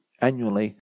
annually